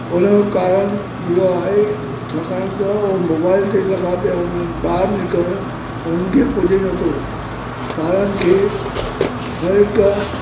हुन जो कारण इहो आहे छाकाणि त उहो मोबाइल ते लॻा पिया हूंदा आहिनि ॿाहिरि निकिरणु उन्हनि खे पुॼे नथो ॿारनि खे हर हिक